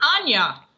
Anya